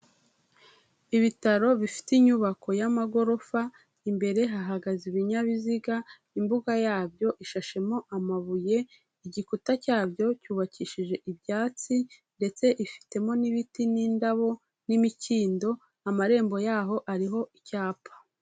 Ibitaro bifite inyubako y'amagorofa, imbere hahagaze ibinyabiziga, imbuga yabyo ishashemo amabuye, igikuta cyabyo cyubakishije ibyatsi ndetse ifitemo n'ibiti n'indabo n'imikindo, amarembo yaho ariho icyapa.